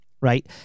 Right